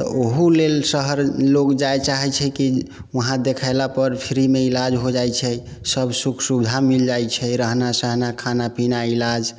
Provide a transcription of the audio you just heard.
तऽ ओहू लेल शहर लोक जाय चाहैत छै कि वहाँ देखओलापर फ्रीमे इलाज हो जाइ छै सभ सुख सुविधा मिल जाइत छै रहना सहना खाना पीना इलाज